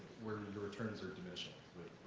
where your returns are diminishing